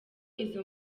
izo